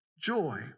joy